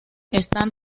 están